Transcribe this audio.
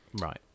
Right